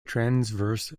transverse